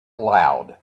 loud